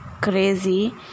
crazy